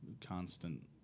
constant